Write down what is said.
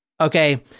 Okay